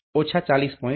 500 G3 40